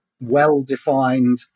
well-defined